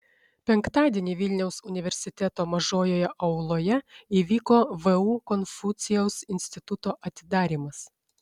penktadienį vilniaus universiteto mažojoje auloje įvyko vu konfucijaus instituto atidarymas